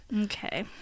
Okay